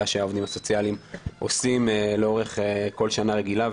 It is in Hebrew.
שהעובדים הסוציאליים עושים לאורך כל שנה רגילה,